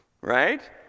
right